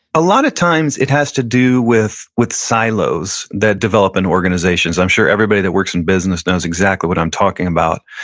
a lot of times it has to do with with silos that develop in organizations. i'm sure everybody that works in business knows exactly what i'm talking about.